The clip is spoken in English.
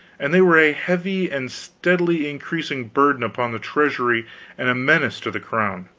and they were a heavy and steadily increasing burden upon the treasury and a menace to the crown.